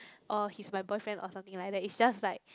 orh he's my boyfriend or something like that is just like